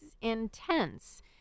intense